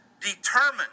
determined